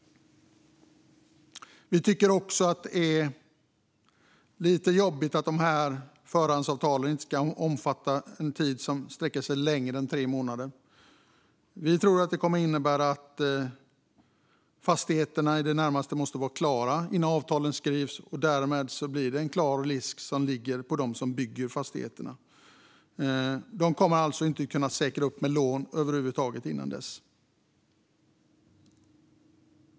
Vi tycker också att det är lite jobbigt att förhandsavtalen inte ska omfatta en tid som sträcker sig längre än tre månader. Vi tror att det kommer att innebära att fastigheterna i det närmaste måste vara klara innan avtalen skrivs, vilket innebär en stor risk för dem som bygger fastigheterna. De kommer alltså inte att kunna säkra upp med lån innan dess.